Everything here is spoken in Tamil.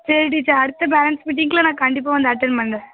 சரி டீச்சர் அடுத்த பேரன்ட்ஸ் மீட்டிங்க்குலாம் நான் கண்டிப்பாக வந்து அட்டன்ட் பண்ணுறேன்